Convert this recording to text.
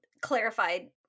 clarified